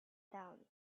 down